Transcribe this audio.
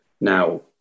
Now